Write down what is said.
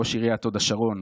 ראש עיריית הוד השרון,